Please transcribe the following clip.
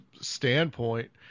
standpoint